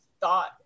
thought